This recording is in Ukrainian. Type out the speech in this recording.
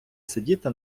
сидіти